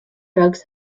drugs